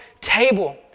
table